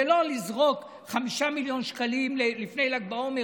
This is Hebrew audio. זה לא לזרוק 5 מיליון שקלים לפני ל"ג בעומר,